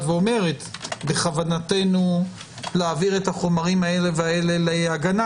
ואומרת: בכוונתנו להעביר את החומרים האלה להגנה,